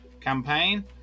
campaign